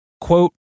Quote